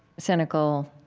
cynical